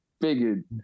figured